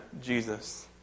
Jesus